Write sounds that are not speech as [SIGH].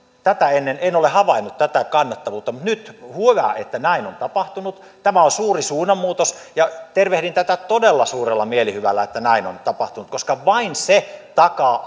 tätä ennen en ole havainnut tätä kannatettavuutta mutta hyvä että näin on nyt tapahtunut tämä on suuri suunnanmuutos ja tervehdin tätä todella suurella mielihyvällä että näin on tapahtunut koska vain se takaa [UNINTELLIGIBLE]